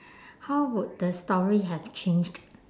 how would the story have changed